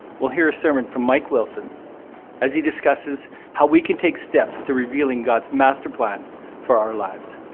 we'll hear a sermon from mike wilson as he discusses how we can take steps to revealing god's masterplan for our lives.